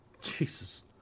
Jesus